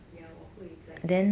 ya 我会再 check